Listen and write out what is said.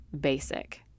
basic